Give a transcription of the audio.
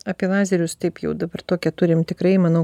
apie lazerius taip jau dabar tokią turim tikrai manau